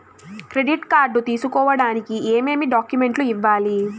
credit card తీసుకోడానికి ఏమేమి డాక్యుమెంట్లు ఇవ్వాలి